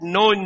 no